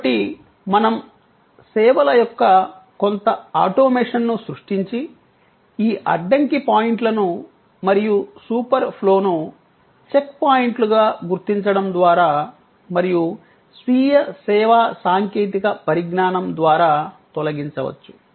కాబట్టి మనం సేవల యొక్క కొంత ఆటోమేషన్ను సృష్టించి ఈ అడ్డంకి పాయింట్లను మరియు సూపర్ ఫ్లోను చెక్పాయింట్లుగా గుర్తించడం ద్వారా మరియు స్వీయ సేవా సాంకేతిక పరిజ్ఞానం ద్వారా తొలగించవచ్చు